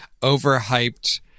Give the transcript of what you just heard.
overhyped